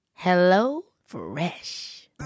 HelloFresh